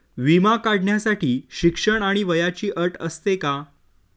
विमा काढण्यासाठी शिक्षण आणि वयाची अट असते का?